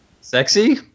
sexy